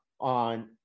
on